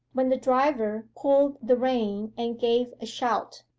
when the driver pulled the rein and gave a shout,